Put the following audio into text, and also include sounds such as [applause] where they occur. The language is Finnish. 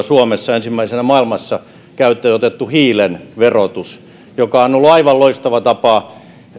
[unintelligible] suomessa ensimmäisenä maailmassa käyttöön otettu hiilen verotus joka on ollut aivan loistava tapa